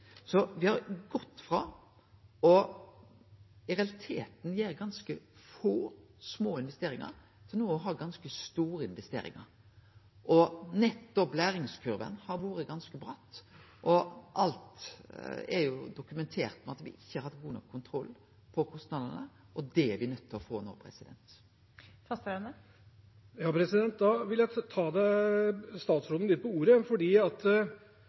gått frå å gjere ganske få, små investeringar til no å ha ganske store investeringar. Læringskurva har vore ganske bratt, og alt er dokumentert med at me ikkje har hatt god nok kontroll på kostnadene, og det er me nøydde til å få nå. Jeg vil ta statsråden litt på ordet,